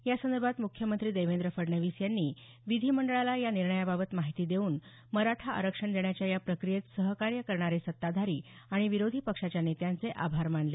यासंदर्भात मुख्यमंत्री देवेंद्र फडणवीस यांनी विधिमंडळाला या निर्णयाबाबत माहिती देऊन मराठा आरक्षण देण्याच्या या प्रक्रियेत सहकार्य करणारे सत्ताधारी आणि विरोधी पक्षाच्या नेत्यांचे आभार मानले